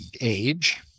age